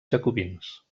jacobins